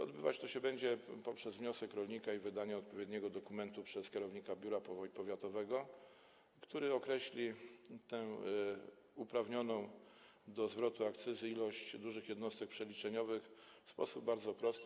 Odbywać to się będzie poprzez złożenie wniosku przez rolnika i wydanie odpowiedniego dokumentu przez kierownika biura powiatowego, który określi tę uprawnioną do zwrotu akcyzy ilość dużych jednostek przeliczeniowych w sposób bardzo prosty.